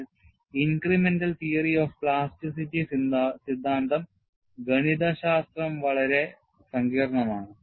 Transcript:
എന്നാൽ incremental theory of plasticity സിദ്ധാന്തം ഗണിതശാസ്ത്രം വളരെ സങ്കീർണമാണ്